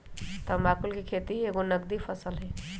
तमाकुल कें खेति एगो नगदी फसल हइ